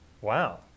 Wow